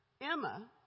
Emma